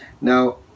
now